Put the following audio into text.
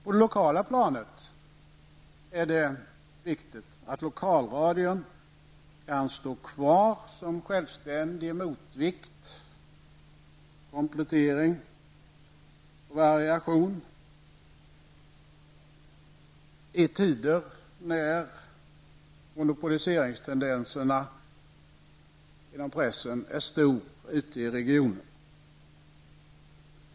På det lokala planet är det viktigt att lokalradion kan stå kvar och utgöra en självständig motvikt, som kan erbjuda komplettering och variation i tider när monopoliseringstendenserna inom pressen är starka ute i regionerna.